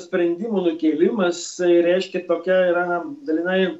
sprendimų nukėlimas reiškia tokia yra dalinai